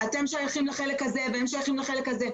אתם שייכים לחלק הזה והם שייכים לחלק הזה?